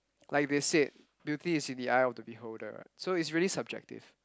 like they said beauty is in the eye of the beholder what so it's really subjective